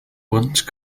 once